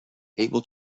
able